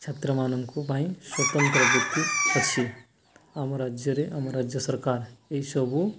ଛାତ୍ରମାନଙ୍କ ପାଇଁ ସ୍ୱତନ୍ତ୍ର ପ୍ରଯୁକ୍ତି ଅଛି ଆମ ରାଜ୍ୟରେ ଆମ ରାଜ୍ୟ ସରକାର ଏସବୁ